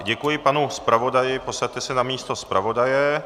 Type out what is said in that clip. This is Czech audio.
Děkuji panu zpravodaji, posaďte se na místo zpravodaje.